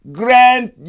grant